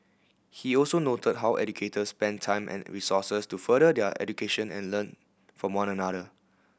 he also noted how educators spend time and resources to further their education and learn from one another